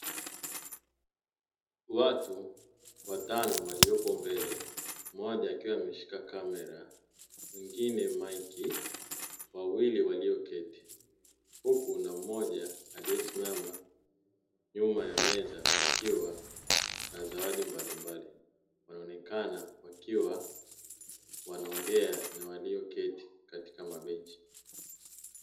Watu watano waliopo mbele, mmoja akiwa ameshika kamera, mwingine maiki, wawili walioketi, huku na mmoja aliyesimama nyuma ya meza kukiwa na zawadi mbalimbali, wanaonekana wakiwa wanaongea na walioketi katika mabenchi.